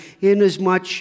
inasmuch